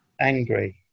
angry